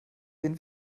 den